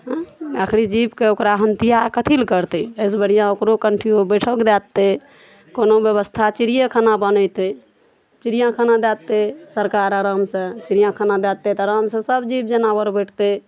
आहाँ सुनू आखिरी जीबके ओकरा हत्या कथी लए करतै एहि सऽ बढ़िऑं ओकरो कन्ठियो बैस कऽ दऽ दैतै कोनो व्यवस्था चिड़िये खाना बनेतै चिड़िऑं खाना दऽ देतै सरकार आराम सऽ चिड़ऑं खाना दऽ देतै तऽ आराम सऽ सब जीब जनावर बैसतै